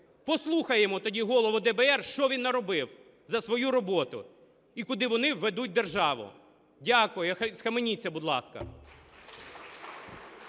Послухаємо тоді Голову ДБР, що він наробив за свою роботу і куди вони ведуть державу. Дякую. Схаменіться, будь ласка.